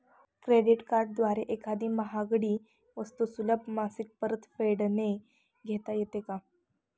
Credit कार्डद्वारे एखादी महागडी वस्तू सुलभ मासिक परतफेडने घेता येते का?